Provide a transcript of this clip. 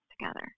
together